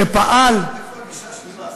חבר הכנסת כהן,